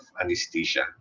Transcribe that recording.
anesthesia